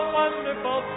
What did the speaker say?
wonderful